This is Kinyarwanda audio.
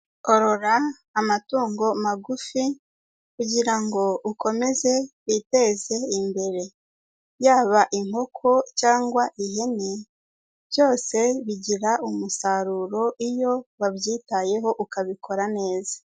Orora amatungo magufi kugira ngo ukomeze witeze imbere, yaba inkoko cyangwa ihene, byose bigira umusaruro iyo wabyitayeho ukabikora neza.